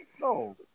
No